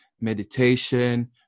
meditation